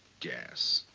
gas,